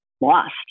lost